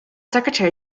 secretary